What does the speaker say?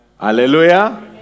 Hallelujah